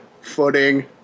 footing